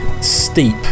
Steep